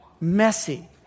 messy